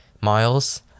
miles